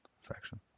faction